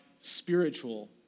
spiritual